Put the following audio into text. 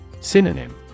Synonym